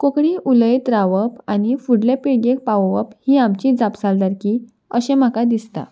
कोंकणी उलयत रावप आनी फुडले पिळगेक पावोवप ही आमची जापसालदारकी अशें म्हाका दिसता